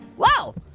whoa,